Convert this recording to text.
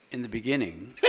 in the beginning